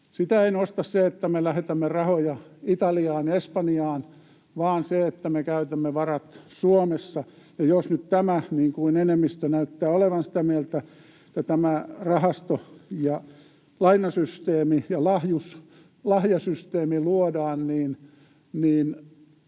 Sitä en osta, että me lähetämme rahoja Italiaan ja Espanjaan, vaan me käytämme varat Suomessa, ja jos nyt enemmistö näyttää olevan sitä mieltä, että tämä rahasto ja lainasysteemi ja lahjasysteemi luodaan,